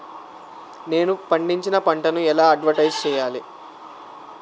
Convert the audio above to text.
నేను పండించిన పంటను ఎలా అడ్వటైస్ చెయ్యాలే?